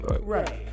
Right